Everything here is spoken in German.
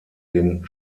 den